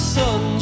sun